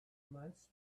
months